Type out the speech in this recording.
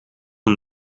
een